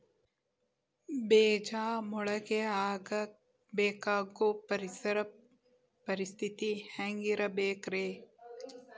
ಬೇಜ ಮೊಳಕೆಯಾಗಕ ಬೇಕಾಗೋ ಪರಿಸರ ಪರಿಸ್ಥಿತಿ ಹ್ಯಾಂಗಿರಬೇಕರೇ?